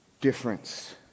difference